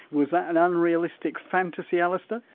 was that an unrealistic fantasy alistair?